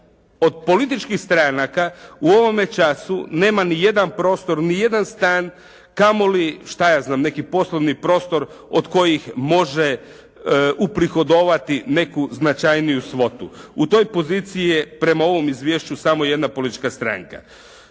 od političkih stranaka u ovome času nema nijedan prostor, nijedan stan kamoli šta ja znam neki poslovni prostor od kojih može uprihodovati neku značajniju svotu. U toj poziciji je prema ovom izvješću samo jedna politička stranka.